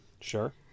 Sure